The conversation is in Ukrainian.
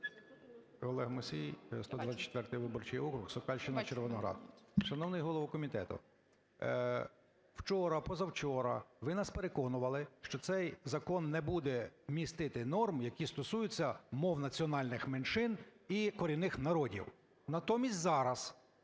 Олег Мусій, 124 виборчий округ, Сокальщина, Червоноград. Шановний голово комітету, вчора, позавчора ви нас переконували, що цей закон не буде містити норм, які стосуються мов національних меншин і корінних народів. Натомість зараз,